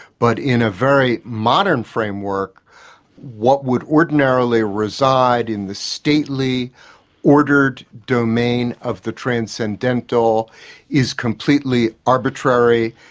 but in a very modern framework what would ordinarily reside in the stately ordered domain of the transcendental is completely arbitrary,